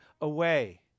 away